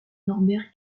norbert